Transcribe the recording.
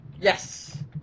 Yes